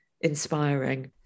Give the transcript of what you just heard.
inspiring